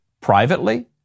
privately